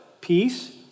peace